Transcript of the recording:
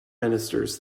ministers